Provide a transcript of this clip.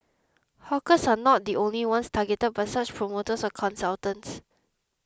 hawkers are not the only ones targeted by such promoters or consultants